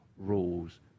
rules